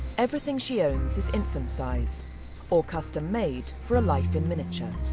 everything she owns is infant size or custom made for a life in miniature.